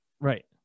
Right